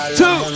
two